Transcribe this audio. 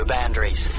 Boundaries